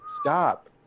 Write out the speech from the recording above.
Stop